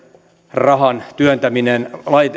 rahan työntäminen